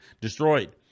destroyed